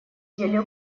деле